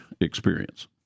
experience